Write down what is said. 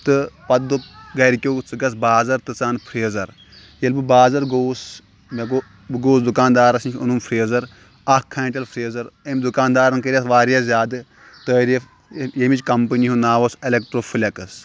تہٕ پَتہٕ دوٚپ گَرِکَٮ۪و ژٕ گَژھ بازَر تہٕ ژٕ اَن فرٛیٖزَر ییٚلہٕ بہٕ بازر گوٚوُس مےٚ گوٚو بہٕ گوس دُکاندارَس نِش اوٚنُم فریٖزَر اَکھ کھانٹٮ۪ل فرٛیٖزَر أمۍ دُکاندارَن کٔرۍ اَتھ واریاہ زیادٕ تٲریٖف ییٚمِچ کَمپٔنی ہُنٛد ناو اوس ایٚلیٚکٹرٛو فٕلیکٕس